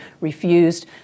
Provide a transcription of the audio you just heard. refused